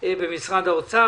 במשרד האוצר.